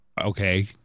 Okay